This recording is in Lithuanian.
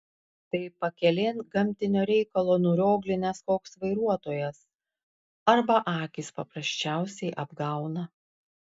tai pakelėn gamtinio reikalo nurioglinęs koks vairuotojas arba akys paprasčiausiai apgauna